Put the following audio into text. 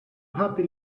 happy